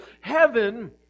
Heaven